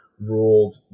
ruled